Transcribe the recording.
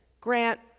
grant